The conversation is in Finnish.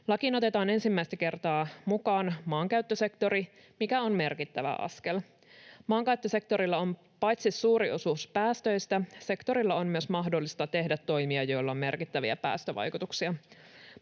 Lakiin otetaan ensimmäistä kertaa mukaan maankäyttösektori, mikä on merkittävä askel. Paitsi että maankäyttösektorilla on suuri osuus päästöistä, sillä on myös mahdollista tehdä toimia, joilla on merkittäviä päästövaikutuksia.